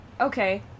okay